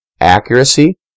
accuracy